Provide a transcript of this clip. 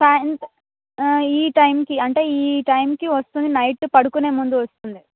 సాయంత్రం ఈ టైంకి అంటే ఈ టైంకి వస్తుంది నైట్ పడుకునే ముందు వస్తుంది